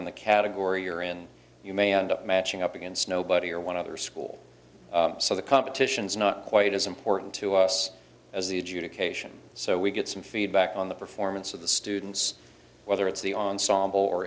on the category you're in you may end up matching up against nobody or one other school so the competition is not quite as important to us as the adjudication so we get some feedback on the performance of the students whether it's the ensemble or